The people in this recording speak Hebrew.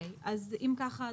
אם ככה,